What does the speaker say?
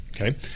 okay